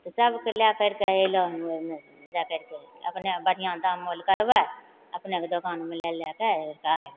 तऽ सभके लै करिके अएलहुँ हम ओहिमे जा करिके अपने बढ़िआँ दाम मोल करबै अपनेके दोकानमे लै लै करिके आएब